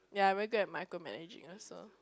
ya I very good at micro managing also